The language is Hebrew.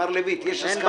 מר לויט, יש הסכמה?